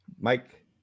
Mike